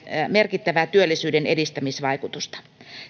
merkittävää työllisyyden edistämisvaikutusta